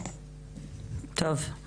טוב.